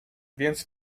więc